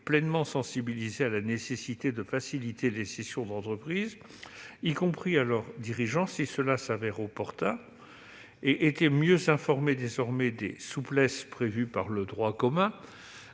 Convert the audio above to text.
pleinement sensibilisés à la nécessité de faciliter les cessions d'entreprises, y compris à leurs dirigeants si cela se révèle opportun, et qu'ils étaient mieux informés désormais des souplesses prévues par le droit commun.